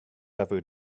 ever